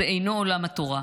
זה אינו עולם התורה.